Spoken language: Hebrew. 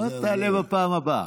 אז תעלה בפעם הבאה.